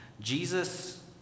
Jesus